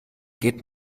geht